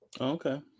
okay